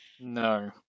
No